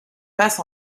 passe